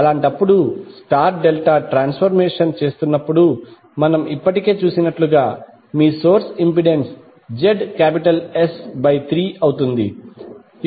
అలాంటప్పుడు star delta transformation చేస్తున్నప్పుడు మనము ఇప్పటికే చూసినట్లుగా మీ సోర్స్ ఇంపెడెన్స్ ZS 3 అవుతుంది